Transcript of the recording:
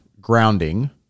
grounding